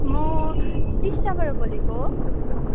म टिस्टाबाट बोलेको